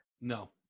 no